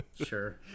Sure